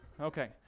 Okay